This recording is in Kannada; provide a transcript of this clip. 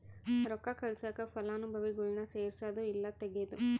ರೊಕ್ಕ ಕಳ್ಸಾಕ ಫಲಾನುಭವಿಗುಳ್ನ ಸೇರ್ಸದು ಇಲ್ಲಾ ತೆಗೇದು